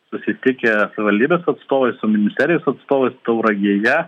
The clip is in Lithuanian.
susitikę savivaldybės atstovai ministerijos atstovai tauragėje